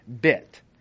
bit